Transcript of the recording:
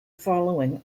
following